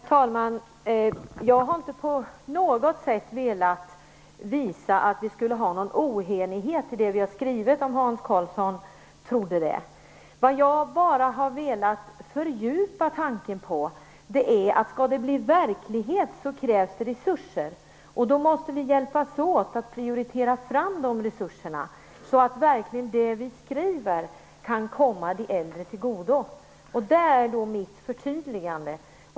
Herr talman! Jag har inte på något sätt velat visa att det är någon oenighet i det som vi har skrivit, om Hans Karlsson trodde det. Jag har bara velat fördjupa tanken på att om det skall bli verklighet krävs det resurser. Då måste vi hjälpas åt att prioritera dessa resurser, så att det som vi skriver verkligen kan komma de äldre till godo. Det är mitt förtydligande.